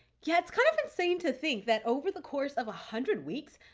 yeah. it's kind of insane to think that over the course of a hundred weeks,